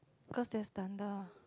cause there is thunder